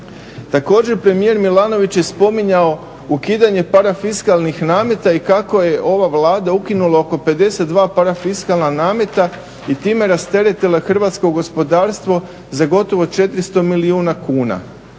Također, premijer Milanović je spominjao ukidanje parafiskalnih nameta i kako je ova Vlada ukinula oko 52 parafiskalna nameta i time rasteretila hrvatsko gospodarstvo za gotovo 400 milijuna kuna.